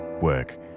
work